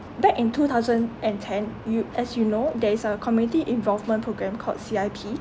back in two thousand and ten you as you know there is a community involvement programme called C_I_P